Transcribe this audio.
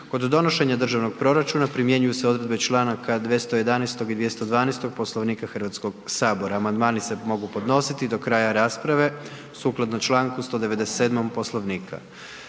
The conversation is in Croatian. Kod donošenje državnog proračuna primjenjuju se odredbe čl. 211. i 212. Poslovnika HS-a. Amandmani se mogu podnijeti do kraja rasprave sukladno čl. 197. Poslovnika.